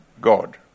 God